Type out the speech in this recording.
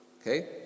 Okay